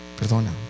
perdona